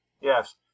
Yes